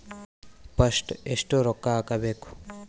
First ಎಷ್ಟು ರೊಕ್ಕ ಹಾಕಬೇಕು?